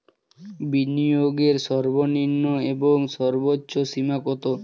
বিনিয়োগের সর্বনিম্ন এবং সর্বোচ্চ সীমা কত?